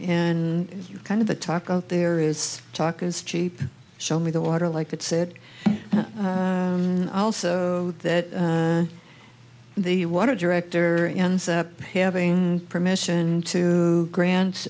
and kind of the talk out there is talk is cheap show me the water like it said also that the water director ends up having permission to grant